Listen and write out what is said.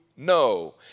No